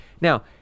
Now